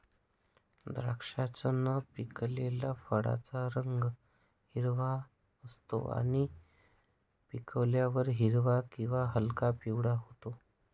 द्राक्षाच्या न पिकलेल्या फळाचा रंग हिरवा असतो आणि पिकल्यावर हिरवा किंवा हलका पिवळा होतो